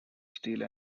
steel